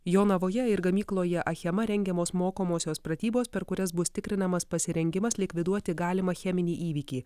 jonavoje ir gamykloje achema rengiamos mokomosios pratybos per kurias bus tikrinamas pasirengimas likviduoti galimą cheminį įvykį